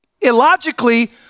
Illogically